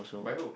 by who